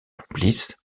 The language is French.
complices